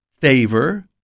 favor